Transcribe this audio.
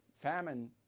famine